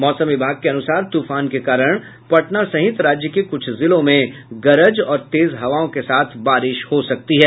मौसम विभाग के अनुसार तूफान के कारण पटना सहित राज्य के कुछ जिलों में गरज और तेज हवाओं के साथ बारिश हो सकती है